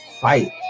fight